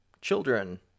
children